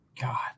god